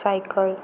cycle